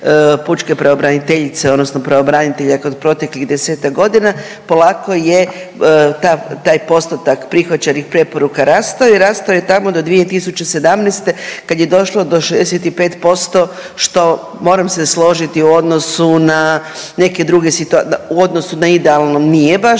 pučke pravobraniteljice odnosno pravobranitelja kod proteklih desetak godina, polako je taj postotak prihvaćenih preporuka rastao i rastao je tamo do 2017. kad je došlo do 65% što moram se složiti u odnosu na neke druge u odnosu da idealno nije baš,